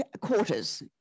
quarters